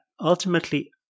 ultimately